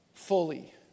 Fully